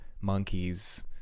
monkeys